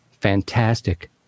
Fantastic